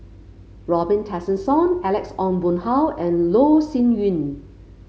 Robin Tessensohn Alex Ong Boon Hau and Loh Sin Yun